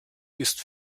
ist